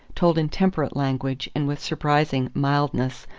told in temperate language and with surprising mildness,